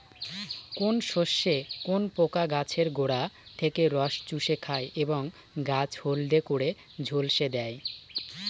কোন শস্যে কোন পোকা গাছের গোড়া থেকে রস চুষে খায় এবং গাছ হলদে করে ঝলসে দেয়?